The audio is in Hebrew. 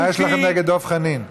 מה יש לכם נגד דב חנין?